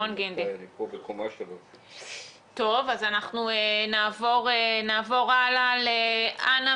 אז אנחנו נעבור הלאה לאנה